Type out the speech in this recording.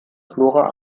flora